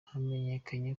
hamenyekanye